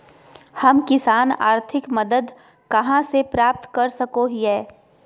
हम किसान आर्थिक मदत कहा से प्राप्त कर सको हियय?